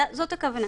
זו הכוונה.